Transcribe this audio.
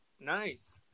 nice